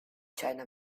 china